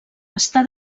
està